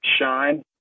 shine